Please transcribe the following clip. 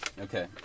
Okay